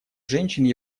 женщин